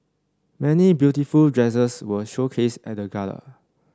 many beautiful dresses were showcased at the Gala